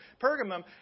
Pergamum